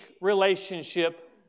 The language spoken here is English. relationship